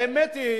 האמת היא,